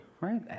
Right